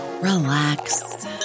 relax